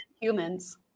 humans